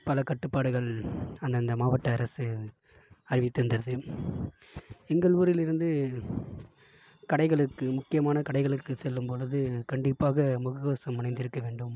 பல கட்டுப்பாடுகள் அந்தந்த மாவட்ட அரசு அறிவித்து இருந்தது எங்கள் ஊரில் இருந்து கடைகளுக்கு முக்கியமான கடைகளுக்குச் செல்லும்பொழுது கண்டிப்பாக முகக்கவசம் அணிந்திருக்க வேண்டும்